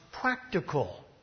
practical